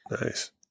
Nice